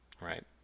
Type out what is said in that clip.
Right